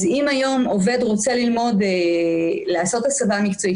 אז אם היום עובד רוצה לעשות הסבה מקצועית,